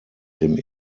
dem